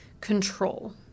control